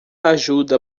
ajuda